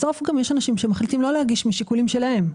בסוף יש אנשים שמחליטים לא להגיש משיקולים שלהם.